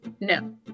No